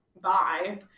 bye